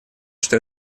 что